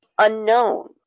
unknown